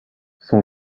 son